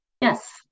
Yes